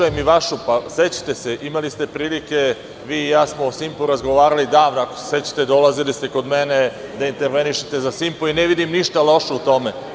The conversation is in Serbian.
Sećate se, imali ste prilike, vi i ja smo o „Simpu“ razgovarali davno, dolazili ste kod mene da intervenišete za „Simpo“ i ne vidim ništa loše u tome.